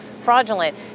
fraudulent